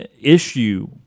issue